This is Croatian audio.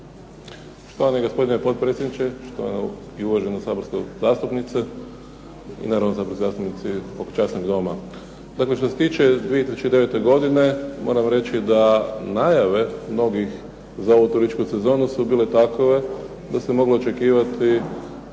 Zahvaljujem. Gospodine potpredsjedniče, štovana i uvažena saborska zastupnice i naravno zastupnici ovog časnog Doma. Dakle što se tiče 2009. godine, moram reći da najave mnogih za ovu turističku sezonu su bile takove da se moglo očekivati